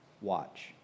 Watch